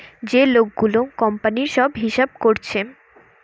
যে লোক গুলা কোম্পানির সব হিসাব কোরছে